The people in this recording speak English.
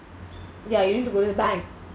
ya you need to go to the bank